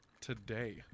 Today